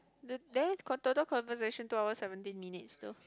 the there it's got total conversation two hour seventeen minutes though